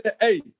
Hey